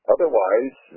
Otherwise